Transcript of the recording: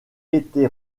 été